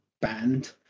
band